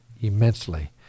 immensely